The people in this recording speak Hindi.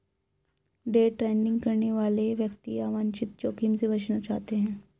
डे ट्रेडिंग करने वाले व्यक्ति अवांछित जोखिम से बचना चाहते हैं